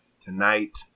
tonight